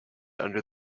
under